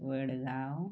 Vadgaon